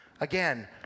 Again